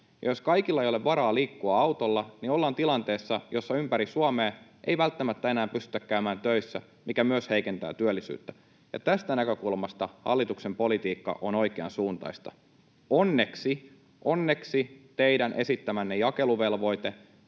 Jos kaikilla ei ole varaa liikkua autolla, ollaan tilanteessa, jossa ympäri Suomea ei välttämättä enää pystytä käymään töissä, mikä myös heikentää työllisyyttä. Tästä näkökulmasta hallituksen politiikka on oikean suuntaista. Onneksi — onneksi — teidän esittämänne jakeluvelvoitetasot